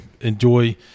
enjoy